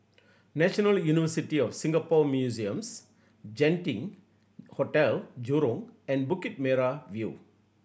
National University of Singapore Museums Genting Hotel Jurong and Bukit Merah View